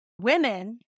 women